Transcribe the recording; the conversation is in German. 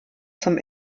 zum